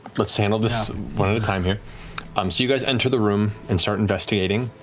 let's handle this one at a time here. um so you guys enter the room and start investigating.